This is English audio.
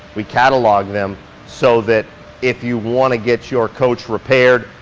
we catalog them so that if you wanna get your coach repaired,